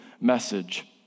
message